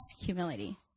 humility